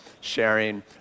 sharing